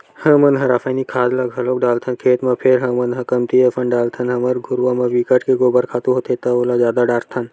हमन ह रायसायनिक खाद ल घलोक डालथन खेत म फेर हमन ह कमती असन डालथन हमर घुरूवा म बिकट के गोबर खातू होथे त ओला जादा डारथन